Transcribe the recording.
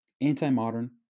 Anti-modern